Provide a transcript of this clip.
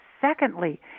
Secondly